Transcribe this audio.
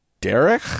Derek